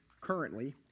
currently